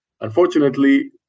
Unfortunately